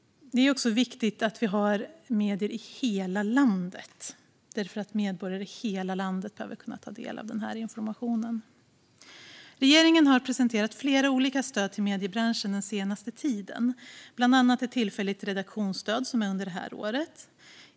Det är också viktigt att vi har medier i hela landet, för medborgare i hela landet behöver kunna ta del av denna information. Regeringen har presenterat flera olika stöd till mediebranschen den senaste tiden, bland annat ett tillfälligt redaktionsstöd som gäller under detta år.